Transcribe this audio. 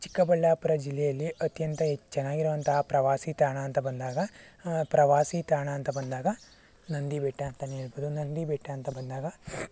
ಚಿಕ್ಕ ಬಳ್ಳಾಪುರ ಜಿಲ್ಲೆಯಲ್ಲಿ ಅತ್ಯಂತ ಚೆನ್ನಾಗಿರುವಂತಹ ಪ್ರವಾಸಿ ತಾಣ ಅಂತ ಬಂದಾಗ ಪ್ರವಾಸಿ ತಾಣ ಅಂತ ಬಂದಾಗ ನಂದಿ ಬೆಟ್ಟ ಅಂತಲೇ ಹೇಳಬಹುದು ನಂದಿ ಬೆಟ್ಟ ಅಂತ ಬಂದಾಗ